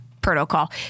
protocol